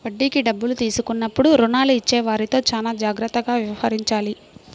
వడ్డీకి డబ్బులు తీసుకున్నప్పుడు రుణాలు ఇచ్చేవారితో చానా జాగ్రత్తగా వ్యవహరించాలి